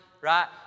right